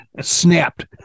snapped